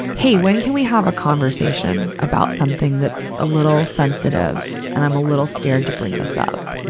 hey, when can we have a conversation about something that's a little sensitive, and i'm a little scared to bring this up?